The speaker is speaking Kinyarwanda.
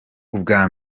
ubwa